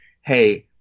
Hey